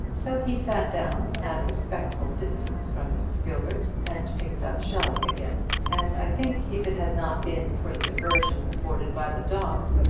so he sat down at a respectful distance from mrs. gilbert, and picked up shelley again and i think if it had not been for the diversion afforded by the dogs,